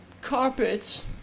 carpet